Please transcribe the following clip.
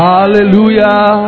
Hallelujah